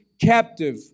captive